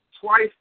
twice